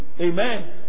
Amen